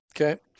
Okay